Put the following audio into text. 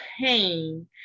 pain